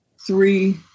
three